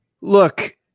Look